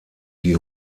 die